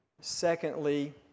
Secondly